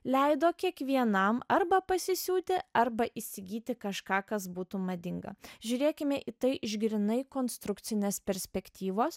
leido kiekvienam arba pasisiūti arba įsigyti kažką kas būtų madinga žiūrėkime į tai iš grynai konstrukcinės perspektyvos